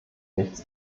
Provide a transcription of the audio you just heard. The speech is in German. nichts